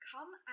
Come